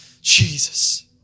Jesus